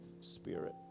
Spirit